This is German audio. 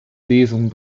lesung